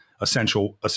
essential